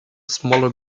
smaller